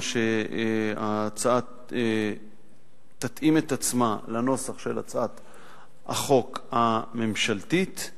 שההצעה תתאים את עצמה לנוסח של הצעת החוק הממשלתית,